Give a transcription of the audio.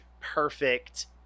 perfect